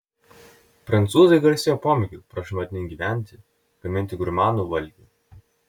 prancūzai garsėja pomėgiu prašmatniai gyventi gaminti gurmanų valgį